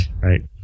right